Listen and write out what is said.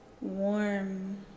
warm